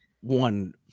one